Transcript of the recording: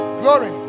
glory